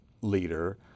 leader